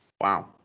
Wow